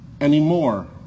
anymore